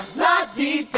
not the